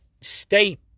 state